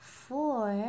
four